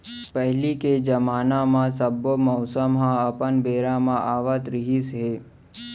पहिली के जमाना म सब्बो मउसम ह अपन बेरा म आवत रिहिस हे